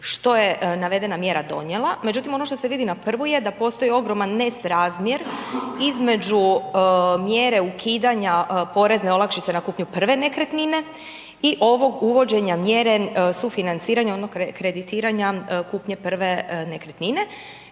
što je navedena mjera donijela, međutim ono što se vidi na prvu je da postoji ogroman nesrazmjer između mjere ukidanja porezne olakšice na kupnju prve nekretnine i ovog uvođenja mjere sufinanciranja onog kreditiranja kupnje prve nekretnine